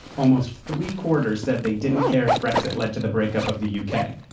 almost three-quarters that they didn't care if brexit led to the breakup of the u k,